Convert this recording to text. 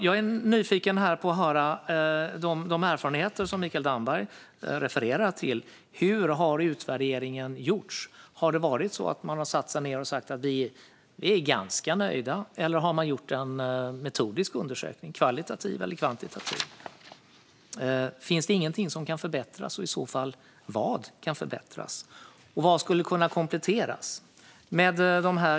Jag är nyfiken på att höra de erfarenheter som Mikael Damberg refererar till. Hur har utvärderingen gjorts? Har man satt sig ned och sagt att vi är ganska nöjda, eller har man gjort en metodisk undersökning, kvalitativ eller kvantitativ? Finns det ingenting som kan förbättras? Om det gör det, vad kan förbättras? Vad skulle kunna kompletteras?